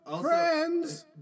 Friends